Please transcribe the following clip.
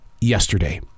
yesterday